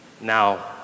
Now